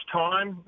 time